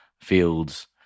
fields